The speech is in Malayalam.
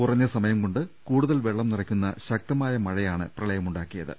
കുറഞ്ഞ സമയംകൊണ്ട് കൂടു തൽ വെള്ളം നിറക്കുന്ന ശക്തമായ മഴയാണ് പ്രളയമുണ്ടാ ക്കിയത്